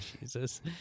Jesus